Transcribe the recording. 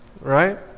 right